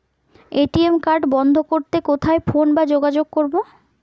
ATM card বন্ধ করতে কোথায় ফোন বা যোগাযোগ করব?